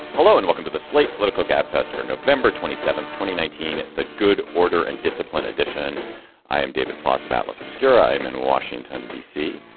hello and welcome to the slate political gabfest for november twenty seven twenty nineteen. the good order and discipline edition i am david plotz of atlas obscura. i'm in washington, d c.